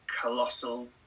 colossal